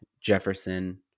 Jefferson